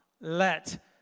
let